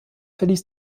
verließ